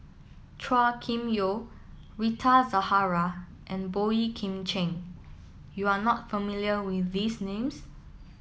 Chua Kim Yeow Rita Zahara and Boey Kim Cheng You are not familiar with these names